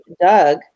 doug